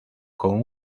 con